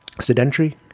Sedentary